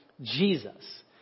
Jesus